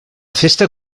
festa